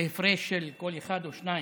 בהפרש של קול אחד או שניים,